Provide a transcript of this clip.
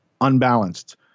unbalanced